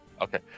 Okay